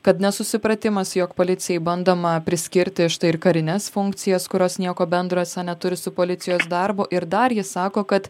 kad nesusipratimas jog policijai bandoma priskirti štai ir karines funkcijas kurios nieko bendro esą neturi su policijos darbu ir dar jis sako kad